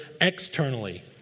externally